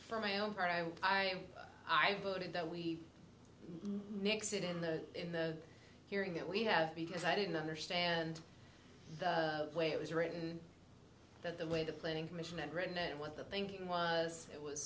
for my own part i i i voted that we nix it in the in the hearing that we have because i didn't understand the way it was written that the way the planning commission had written and what the thinking was it was